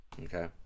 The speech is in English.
Okay